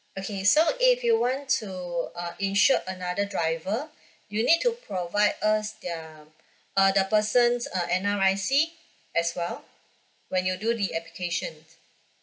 okay so if you want to uh insure another driver you need to provide us their uh the person's uh N_R_I_C as well when you do the application